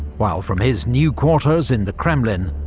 while from his new quarters in the kremlin,